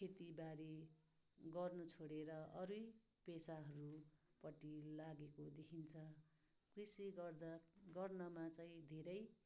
खेतीबारी गर्नु छोडेर अरू नै पेसाहरूपट्टि लागेको देखिन्छ कृषि गर्दा गर्नमा चाहिँ धेरै